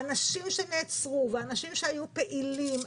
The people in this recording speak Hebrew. האנשים שנעצרו והאנשים שהיו פעילים,